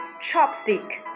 Chopstick